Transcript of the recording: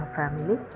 family